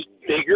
bigger